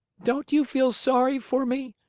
don't you feel sorry for me?